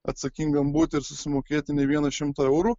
atsakingam būti ir susimokėti ne vieną šimtą eurų